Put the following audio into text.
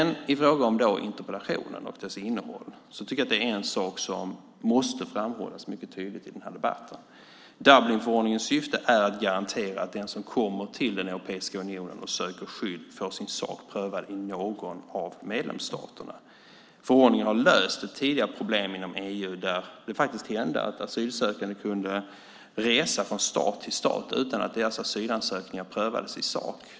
När det gäller interpellationen och dess innehåll tycker jag att det finns en sak som måste framhållas mycket tydligt i den här debatten. Dublinförordningens syfte är att garantera att den som kommer till den europeiska unionen och söker skydd får sin sak prövad i någon av medlemsstaterna. Förordningen har löst det tidigare problemet inom EU där det faktiskt hände att asylsökande kunde resa från stat till stat utan att deras asylansökningar prövades i sak.